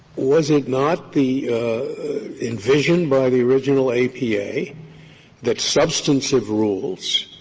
was it not the envision by the original apa that substantive rules